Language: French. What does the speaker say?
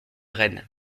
rennes